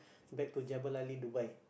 back to Jebel-Ali Dubai